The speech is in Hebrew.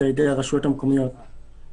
או המיוחד לאזור תיירות ירוק או הכללי,